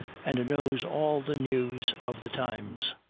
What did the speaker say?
and knows all the news of the times.